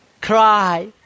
Cry